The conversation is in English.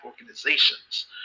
organizations